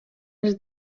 els